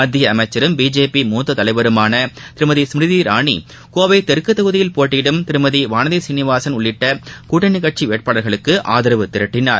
மத்திய அமைச்சரும் பிஜேபி மூத்த தலைவருமான திருமதி ஸ்மிருதி இராவி கோவை தெற்கு தொகுதியில் போட்டியிடும் திருமதி வானதி புரீனிவாசன் உள்ளிட்ட கூட்டணிக் கட்சி வேட்பாளர்களுக்கு அதரவு திரட்டனார்